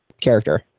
character